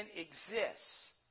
exists